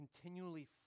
continually